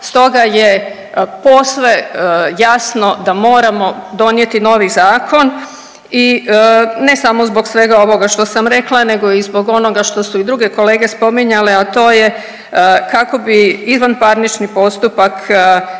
stoga je posve jasno da moramo donijeti novi zakon. I ne samo zbog svega ovoga što sam rekla nego i zbog onoga što su i druge kolege spominjale, a to je kako bi izvanparnični postupak